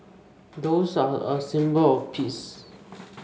doves are a symbol of peace